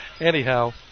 Anyhow